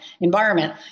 environment